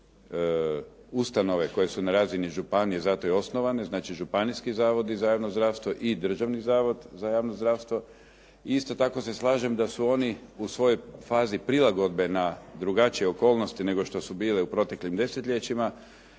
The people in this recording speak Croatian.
ustanove koje su na razini županije za to i osnovane, znači županijski zavodi za javno zdravstvo i Državni zavod za javno zdravstvo. Isto tako se slažem da su oni u svojoj fazi prilagodbe na drugačije okolnosti nego što su bile u proteklim desetljećima